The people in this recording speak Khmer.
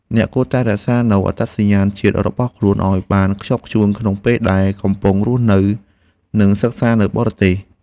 អ្នកគួរតែរក្សានូវអត្តសញ្ញាណជាតិរបស់ខ្លួនឱ្យបានខ្ជាប់ខ្ជួនក្នុងពេលដែលកំពុងរស់នៅនិងសិក្សានៅបរទេស។